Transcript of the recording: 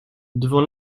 devant